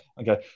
okay